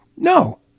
No